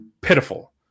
pitiful